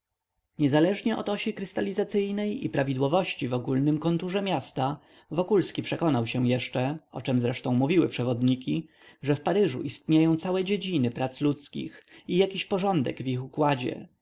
niezależnie od osi krystalizacyjnej i prawidłowości w ogólnym konturze miasta wokulski przekonał się jeszcze o czem zresztą mówiły przewodniki że w paryżu istnieją całe dziedziny prac ludzkich i jakiś porządek w ich układzie